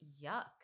Yuck